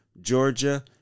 Georgia